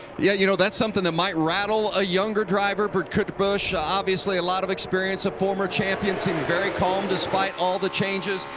yeah you know that's something that might rattle a younger driver, but but obviously a lot of experience a former champion very calm despite all the changes.